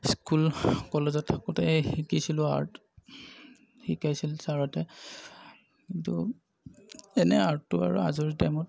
school কলেজত থাকোঁতে শিকিছিলোঁ আৰ্ট শিকাইছিল ছাৰহঁতে কিন্তু এনে আৰ্টটো আৰু আজৰি টাইমত